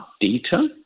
data